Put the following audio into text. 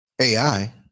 AI